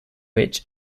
rich